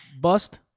bust